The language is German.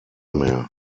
mehr